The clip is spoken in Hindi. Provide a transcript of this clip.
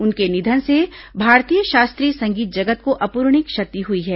उनके निधन से भारतीय शास्त्रीय संगीत जगत को अपूरणीय क्षति हुई है